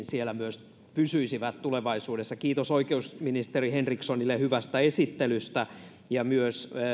siellä myös pysyisivät tulevaisuudessa kiitos oikeusministeri henrikssonille hyvästä esittelystä ja myös